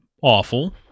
awful